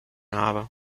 habe